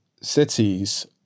cities